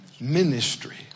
ministry